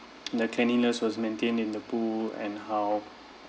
the cleanliness was maintained in the pool and how